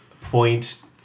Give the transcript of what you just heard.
point